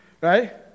right